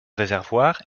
réservoir